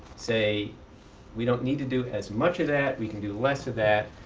say we don't need to do as much of that. we can do less of that.